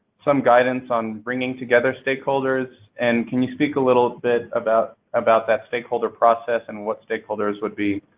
some guidance on bringing together stakeholders? and can you speak a little bit about about that stakeholder process and what stakeholders would be